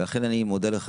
ואכן אני מודה לך,